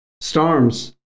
storms